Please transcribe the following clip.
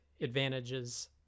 advantages